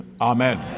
Amen